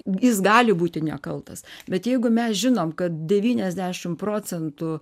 jis gali būti nekaltas bet jeigu mes žinom kad devyniasdešimt procentų